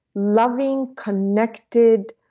loving connected,